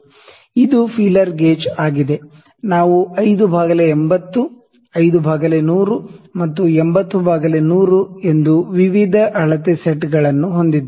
ಇದು feeler gauge ಆಗಿದೆ ನಾವು 5 ಬೈ 80 5 ಬೈ 100 ಮತ್ತು 80 ಬೈ100 ಎಂದು ವಿವಿಧ ಅಳತೆ ಸೆಟ್ಗಳನ್ನು ಹೊಂದಿದ್ದೇವೆ